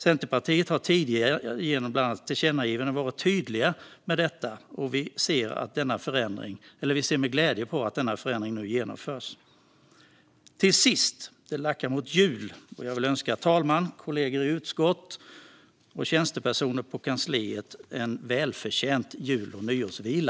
Centerpartiet har tidigare genom bland annat tillkännagivanden varit tydligt med detta, och vi ser med glädje på att denna förändring nu genomförs. Till sist: Det lackar mot jul, och jag vill önska talmannen, kollegor i utskott och tjänstepersoner på kansliet en välförtjänt jul och nyårsvila.